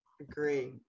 Agree